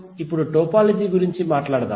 ఇప్పుడు టోపోలాజీ గురించి మాట్లాడుదాం